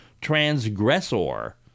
transgressor